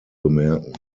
bemerken